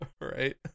Right